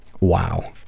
Wow